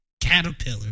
Caterpillar